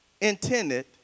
intended